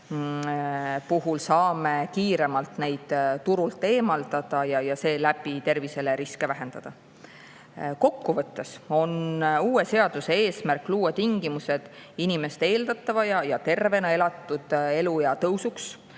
puhul saame kiiremalt neid turult eemaldada ja seeläbi terviseriske vähendada. Kokkuvõttes on uue seaduse eesmärk luua tingimused inimeste eeldatava ja tervena elatud elu pikenemiseks,